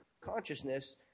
consciousness